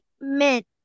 mint